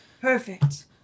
Perfect